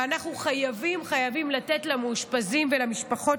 ואנחנו חייבים לתת למאושפזים ולמשפחות